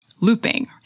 looping